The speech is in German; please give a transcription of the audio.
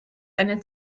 eine